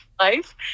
life